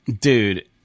Dude